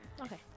Okay